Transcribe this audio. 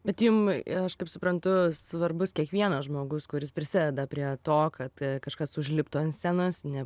bet jum aš kaip suprantu svarbus kiekvienas žmogus kuris prisideda prie to kad kažkas užliptų ant scenos ne